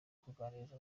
kuganiriza